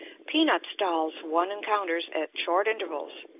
peanut stalls one encounters at short intervals,